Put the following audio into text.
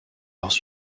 leurs